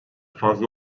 fazla